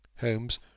Holmes